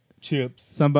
chips